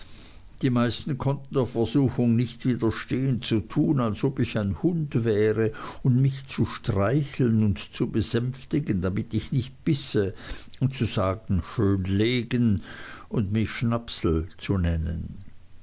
die meisten konnten der versuchung nicht widerstehen zu tun als ob ich ein hund wäre und mich zu streicheln und zu besänftigen damit ich nicht bisse und zu sagen schön legen und mich schnapsel zu nennen